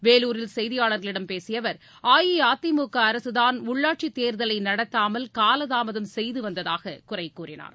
வேலாரில் செய்தியாளர்களிடம் பேசியஅவர் அஇஅதிமுகஅரசுதான் உள்ளாட்சித் தேர்தலைநடத்தாமல் காலதாமதம் செய்துவந்ததாககுறைகூறினார்